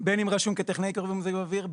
בין אם רשום כטכנאי קירור ומיזוג אוויר,